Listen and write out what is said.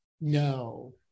no